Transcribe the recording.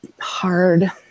hard